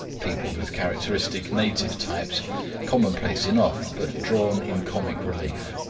peopled with characteristic native types commonplace enough but drawn in comic relief.